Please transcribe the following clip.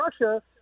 Russia